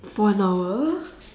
for an hour